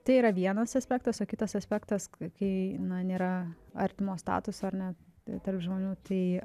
tai yra vienas aspektas o kitas aspektas k kai na nėra artimo statuso ar ne tarp žmonių tai